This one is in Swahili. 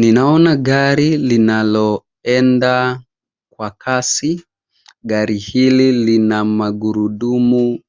Ninaona gari linaloenda kwa kasi. Gari hili lina magurudumu